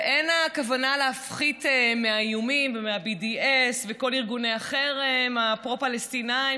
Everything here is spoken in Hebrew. ואין הכוונה להפחית מהאיומים ומה-BDS וכל ארגוני החרם הפרו-פלסטיניים,